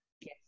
Yes